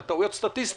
על טעויות סטטיסטיות.